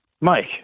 Mike